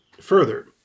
Further